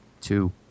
Two